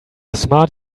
smart